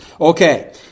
okay